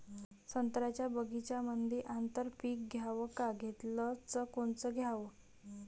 संत्र्याच्या बगीच्यामंदी आंतर पीक घ्याव का घेतलं च कोनचं घ्याव?